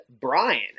Brian